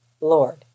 Lord